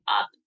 up